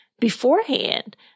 beforehand